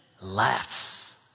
laughs